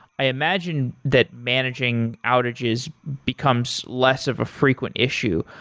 i imagine that managing outages becomes less of a frequent issue.